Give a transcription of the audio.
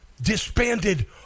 disbanded